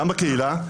גם בקהילה.